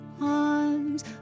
arms